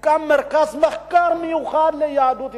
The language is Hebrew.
שיוקם מרכז מחקר מיוחד ליהדות אתיופיה.